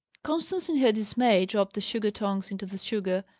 constance, in her dismay, dropped the sugar-tongs into the sugar.